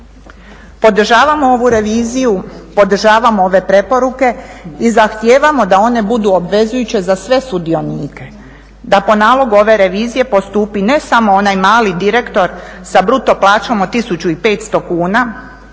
Podržavamo ovu reviziju, podržavamo ove preporuke i zahtijevamo da one budu obvezujuće za sve sudionike, da po nalogu ove revizije postupi ne samo onaj mali direktor sa bruto plaćom od 1500 kuna,